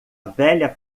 velha